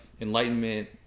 enlightenment